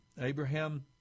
abraham